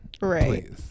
Right